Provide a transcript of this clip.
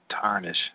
tarnish